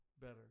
Better